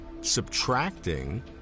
Subtracting